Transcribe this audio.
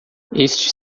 este